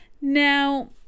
Now